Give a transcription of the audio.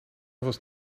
was